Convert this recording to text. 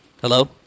Hello